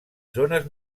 zones